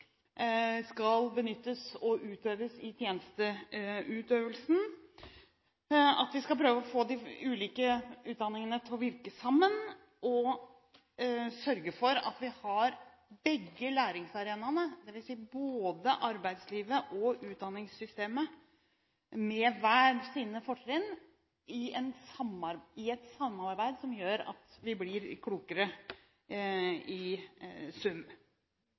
skal benyttes og utøves i tjenesteutøvelsen, at vi skal prøve å få de ulike utdanningene til å virke sammen og sørge for at vi har begge læringsarenaene, dvs. både arbeidslivet og utdanningssystemet med hver sine fortrinn i et samarbeid som gjør at vi blir klokere i sum.